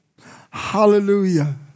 Hallelujah